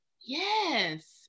Yes